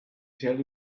tell